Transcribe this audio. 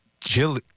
jill